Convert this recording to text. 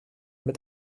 mit